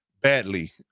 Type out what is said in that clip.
badly